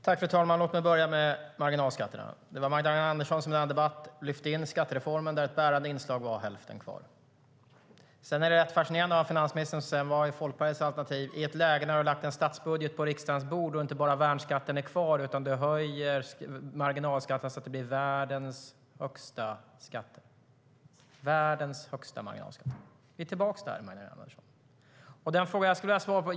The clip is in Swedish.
Fru talman! Låt mig börja med marginalskatterna. Det var Magdalena Andersson som i en annan debatt lyfte in skattereformen där ett bärande inslag var hälften kvar. Det är rätt fascinerande att ha en finansminister som frågar vad Folkpartiets alternativ är i ett läge där hon har lagt en statsbudget på riksdagens bord där inte bara värnskatten är kvar, utan där hon också höjer marginalskatten så att det blir världens högsta marginalskatter. Vi är tillbaka där, Magdalena Andersson.